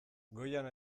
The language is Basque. goian